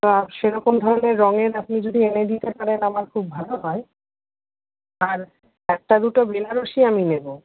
তা সেরকম ধরনের রঙের আপনি যদি এনে দিতে পারেন আমার খুব ভালো হয় আর একটা দুটো বেনারসি আমি নেবো